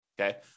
Okay